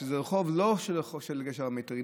זה לא הרחוב של גשר המיתרים,